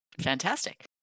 Fantastic